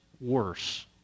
worse